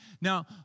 Now